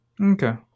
Okay